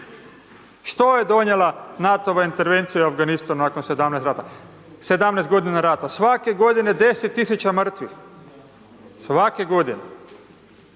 Što je donijela NATO-va intervencija u Afganistanu nakon 17 …/nerazumljivo/… 17 godina rata, svake godine 10.000 mrtvih, svake godine.